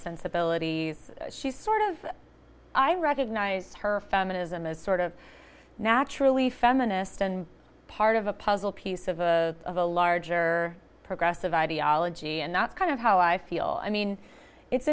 sensibilities she's sort of i recognise her feminism as sort of naturally feminist and part of a puzzle piece of a of a larger progressive ideology and not kind of how i feel i mean it's